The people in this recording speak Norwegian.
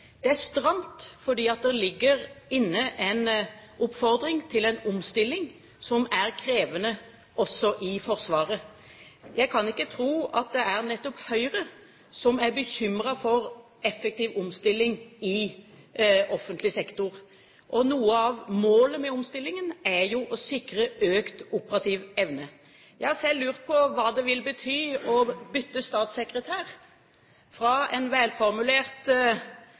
Det er stramt fordi det ligger inne en oppfordring til en omstilling som er krevende, også i Forsvaret. Jeg kan ikke tro at det er nettopp Høyre som er bekymret for effektiv omstilling i offentlig sektor. Noe av målet med omstillingen er å sikre økt operativ evne. Jeg har selv lurt på hva det vil bety å bytte statssekretær fra en velformulert